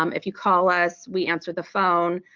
um if you call us, we answer the phone.